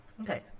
Okay